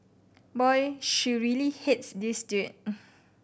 boy she really hates this dude